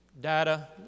data